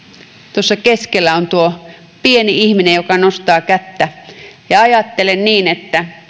tuossa keskellä on tuo pieni ihminen joka nostaa kättä ajattelen niin että